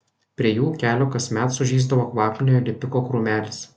prie jų ūkelio kasmet sužysdavo kvapniojo lipiko krūmelis